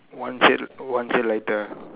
one shade one shade lighter